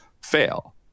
fail